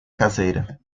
caseira